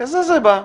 לזה זה בא.